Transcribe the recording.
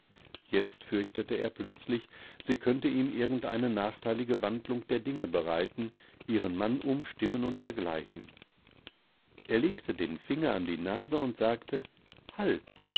jetzt fürchtete er plötzlich sie könnte ihm irgend eine nachteilige wandlung der dinge bereiten ihren mann umstimmen und dergleichen er legte den finger an die nase und sagte halt